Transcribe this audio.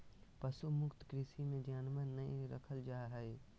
पशु मुक्त कृषि मे जानवर नय रखल जा हय